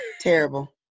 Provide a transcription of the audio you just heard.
Terrible